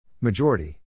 Majority